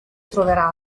troverà